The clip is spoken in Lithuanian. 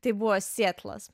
tai buvo sietlas